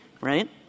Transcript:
right